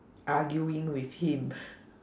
arguing with him